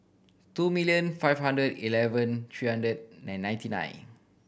two milllion five hundred eleven three hundred nine ninety nine